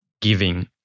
giving